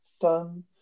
done